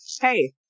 hey